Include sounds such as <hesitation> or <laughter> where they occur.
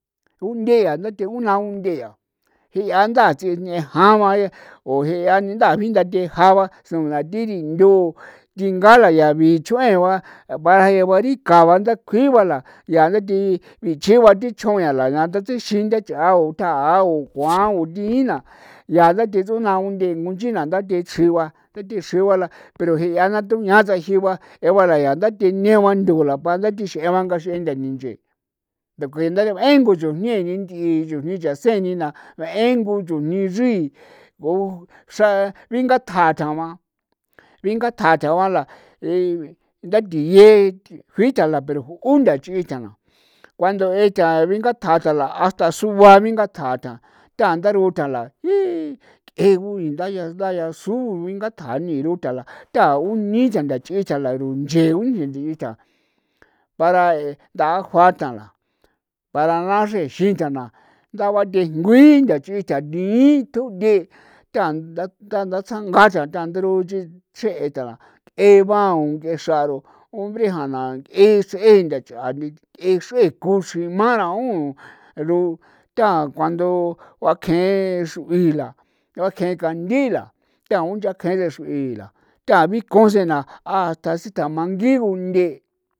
Unde yaa dathee una unde yaa ji'a ndaa tsiiñeja ba o je'a ni ndaa jinthatheja ba si no thi rindu thinga la yaa bichu'en ba jeo barika ba kjui ba la yaa deti'i bichi'i ba thi chjo'en yaa la ixin ndaacha'an o thja'an o kjua'an <noise> o thi' in na yaa date tsunaa u nyengitsona ndate chri ba ndate chri ba la pero ji'a nda tuña tsejii ba jeo ba datene ba to lathi xee ba ngaxi'in ni nthaninche'e ba dekuen da ko chujnii the ni ndii chujni nchiasee ni bee ngu chujni chriiko xra bingatjan tahoan bingatjan ba tjao ba la <hesitation> ntha tie bitja la pero ju' ntha chii ta ntha cuando nthaa bingatja'a la ka la sua bingatja'a ka ta ranguu ta la <noise> th'egu ndaya ndaya su bingatja'a ni rutha la thao <noise> nicha la rencho'o nyegitja para dajuatha la para naa xrexithana la ndabathenkjui nthaa chita thi'i tju dee tha ndandatsanga ta ndronchee tsje'e ka eeba nguee xra ro ubee xree ee see ndacha ee xree kuxima rao ro tha cuando bakje'en xru'i la bakje'en ntha ndi la thao ndakje'en tje xru'i la thea bikon see na a tjasi tamangi unthe'.